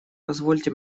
позвольте